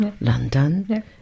London